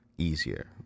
Easier